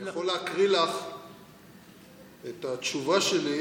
אני יכול להקריא לך את התשובה שלי.